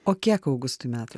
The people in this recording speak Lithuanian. o kiek augustui metų